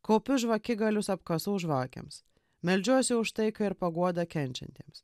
kaupiu žvakigalius apkasų žvakėms meldžiuosi už taiką ir paguodą kenčiantiems